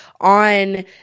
on